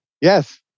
Yes